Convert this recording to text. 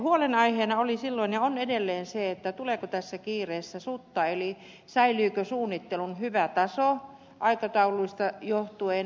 huolenaiheena oli silloin ja on edelleen aikatauluista johtuen se tuleeko tässä kiireessä sutta eli säilyykö suunnittelun hyvä taso